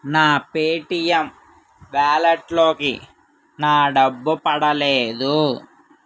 నా పేటిఎమ్ వాలెట్లోకి నా డబ్బు పడలేదు